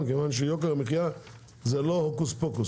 מכיוון שיוקר המחיה זה לא הוקוס פוקוס.